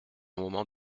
moment